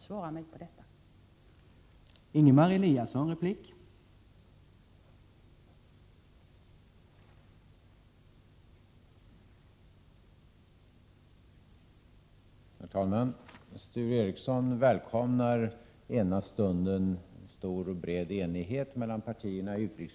Svara mig på den frågan!